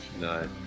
No